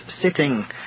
sitting